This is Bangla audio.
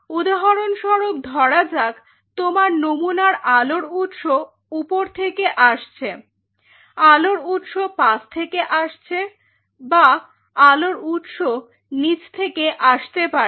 উদাহরণস্বরূপ ধরা যাক তোমার নমুনার আলোর উৎস উপর থেকে আসছে আলোর উৎস পাশ থেকে আসছে বা আলোর উৎস নিচ থেকে আসতে পারে